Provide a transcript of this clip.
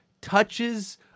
touches